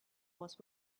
was